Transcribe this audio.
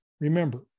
Remember